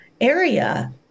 area